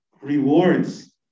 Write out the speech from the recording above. rewards